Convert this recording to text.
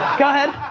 go ahead.